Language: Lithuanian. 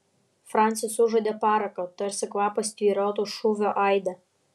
francis užuodė paraką tarsi kvapas tvyrotų šūvio aide